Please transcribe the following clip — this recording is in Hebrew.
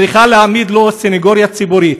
צריכה להעמיד לו סנגוריה ציבורית.